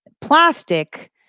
plastic